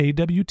AWT